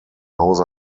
hause